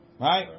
Right